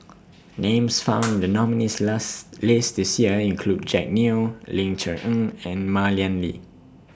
Names found in The nominees' last list This Year include Jack Neo Ling Cher Eng and Mah Lian Li